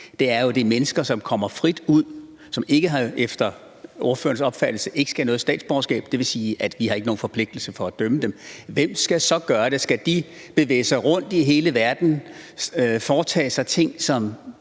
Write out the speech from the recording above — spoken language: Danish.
det er mennesker, som kommer frit ud, og som ikke efter ordførerens opfattelse skal have noget statsborgerskab. Det vil sige, at vi ikke har nogen forpligtelse til at dømme dem. Hvem skal så gøre det? Skal de bevæge sig rundt i hele verden og foretage sig ting, som